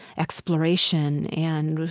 exploration and,